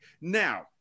now